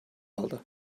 aldı